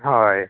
ᱦᱳᱭ